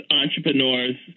entrepreneurs